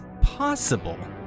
possible